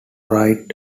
right